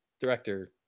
director